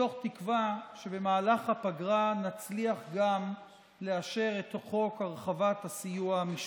מתוך תקווה שבמהלך הפגרה נצליח גם לאשר את חוק הרחבת הסיוע המשפטי.